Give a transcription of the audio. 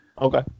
Okay